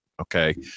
okay